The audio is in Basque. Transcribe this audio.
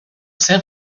zen